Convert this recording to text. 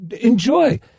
enjoy